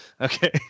Okay